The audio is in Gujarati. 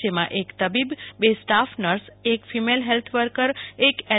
જેમાં એક તબીબ બે સ્ટાફ નર્સ એક ફિમેલ હેલ્થ વર્કર એક એલ